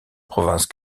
province